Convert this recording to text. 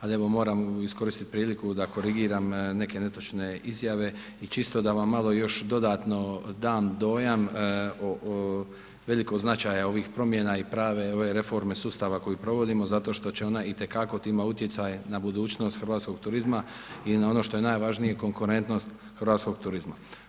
Ali, evo moram iskoristit priliku da korigiram neke netočne izjave i čisto da vam malo još dodatno dam dojam o velikog značaja ovih promjena i prave ove reforme sustava koju provodimo zato što će ona itekako imati utjecaj na budućnost hrvatskog turizma i na ono što je najvažnije, konkurentnost hrvatskog turizma.